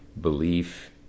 belief